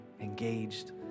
engaged